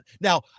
Now